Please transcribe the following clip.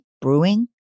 brewing